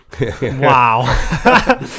Wow